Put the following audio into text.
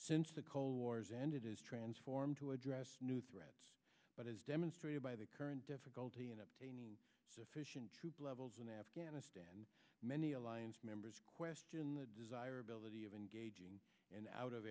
since the cold war's ended is transformed to address new threats but as demonstrated by the current difficulty in obtaining sufficient troop levels in afghanistan many alliance members question the desirability of engaging and out of